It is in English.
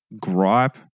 gripe